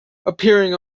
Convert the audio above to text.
appearing